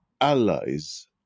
allies